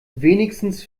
wenigstens